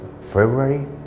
February